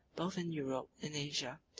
both in europe and asia,